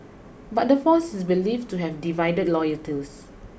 but the force is believed to have divided loyalties